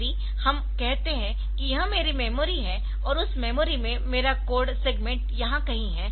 यदि हम कहते है कि यह मेरी मेमोरी है और उस मेमोरी में मेरा कोड सेगमेंट यहां कहीं है